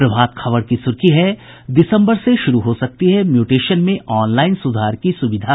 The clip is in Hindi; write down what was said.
प्रभात खबर की सुर्खी है दिसम्बर से शुरू हो सकती है म्यूटेशन में ऑनलाईन सुधार की सुविधा